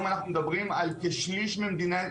יכול להיות הוא יעשה שלוש פעמים